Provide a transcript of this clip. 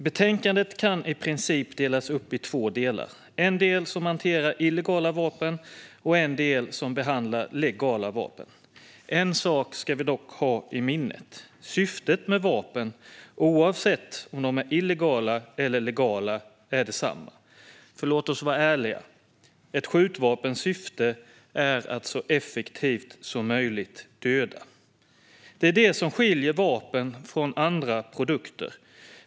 Betänkandet kan i princip delas upp i två delar, en del som behandlar illegala vapen och en del som behandlar legala vapen. En sak ska vi dock ha i minnet. Syftet med vapen, oavsett om de är illegala eller legala, är detsamma. För låt oss vara ärliga; ett skjutvapens syfte är att så effektivt som möjligt döda. Det är det som skiljer vapen från andra produkter.